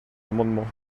amendement